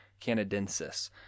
canadensis